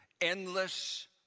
endless